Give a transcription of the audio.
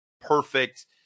perfect